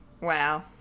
wow